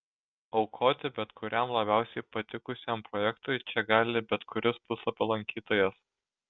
aukoti bet kuriam labiausiai patikusiam projektui čia gali bet kuris puslapio lankytojas